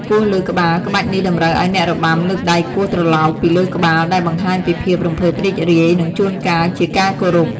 គោះលើក្បាល ក្បាច់នេះតម្រូវឱ្យអ្នករបាំលើកដៃគោះត្រឡោកពីលើក្បាល ដែលបង្ហាញពីភាពរំភើបរីករាយ និងជួនកាលជាការគោរព។